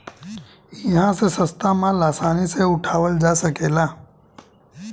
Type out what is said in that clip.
इहा से सस्ता माल आसानी से उठावल जा सकेला